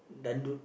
dangdut